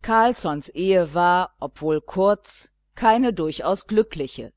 carlssons ehe war obwohl kurz keine durchaus glückliche